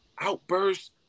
outbursts